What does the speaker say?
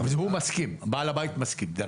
בעל הבית מסכים.